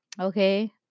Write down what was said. okay